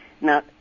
Now